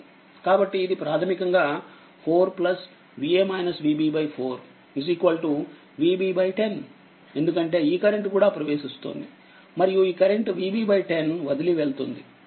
కాబట్టిఇది ప్రాథమికంగా4 Va-Vb4 Vb10 ఎందుకంటే ఈ కరెంట్ కూడా ప్రవేశిస్తుంది మరియు ఈ కరెంట్Vb10 వదిలి వెళ్తుంది